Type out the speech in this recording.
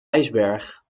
ijsberg